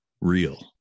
real